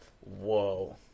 Whoa